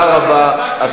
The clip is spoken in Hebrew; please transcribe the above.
תודה רבה.